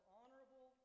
honorable